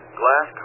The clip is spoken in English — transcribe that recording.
glass